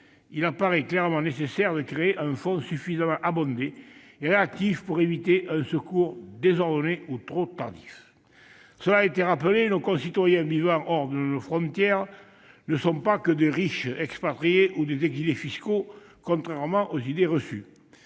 il apparaît clairement nécessaire de créer un fonds suffisamment alimenté et réactif pour éviter un secours désordonné ou trop tardif. Contrairement aux idées reçues, nos concitoyens vivant hors de nos frontières ne sont pas que de riches expatriés ou des exilés fiscaux, comme l'ont d'ailleurs